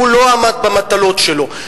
שהוא לא עמד במטלות שלו,